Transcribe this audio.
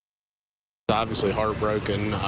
obviously heartbroken,